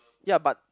ya but